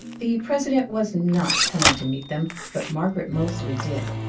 the president was not coming to meet them, but margaret moseley did.